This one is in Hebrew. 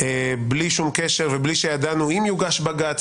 בלי שום קשר ובלי שידענו אם יוגש בג"ץ,